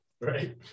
right